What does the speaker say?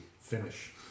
finish